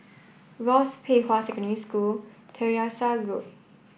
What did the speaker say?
Rosyth Pei Hwa Secondary School Tyersall Road